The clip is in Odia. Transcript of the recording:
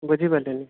ବୁଝିପାରିଲିନି